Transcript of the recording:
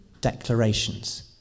declarations